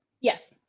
yes